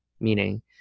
Meaning